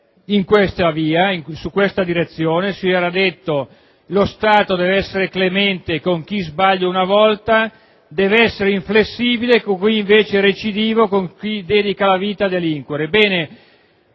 esattamente in questa direzione, si era detto che lo Stato deve essere clemente con chi sbaglia una volta e inflessibile con i recidivi e con chi dedica la vita a delinquere.